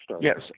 Yes